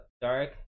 Dark